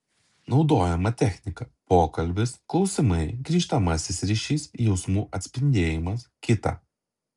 naudojama technika pokalbis klausimai grįžtamasis ryšys jausmų atspindėjimas kita